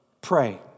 pray